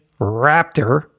Raptor